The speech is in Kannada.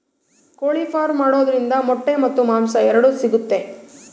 ಕೋಳಿ ಫಾರ್ಮ್ ಮಾಡೋದ್ರಿಂದ ಮೊಟ್ಟೆ ಮತ್ತು ಮಾಂಸ ಎರಡು ಸಿಗುತ್ತೆ